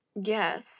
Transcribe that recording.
Yes